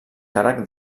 càrrec